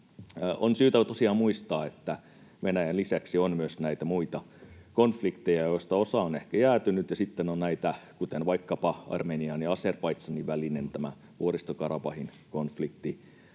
tosiaan muistaa, että Venäjän lisäksi on myös näitä muita konflikteja, joista osa on ehkä jäätynyt, ja sitten on näitä — kuten vaikkapa Armenian ja Azerbaidžanin välinen Vuoristo-Karabahin konflikti